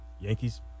Yankees